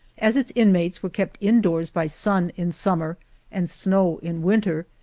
as its inmates were kept indoors by sun in summer and snow in winter,